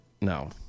no